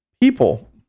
people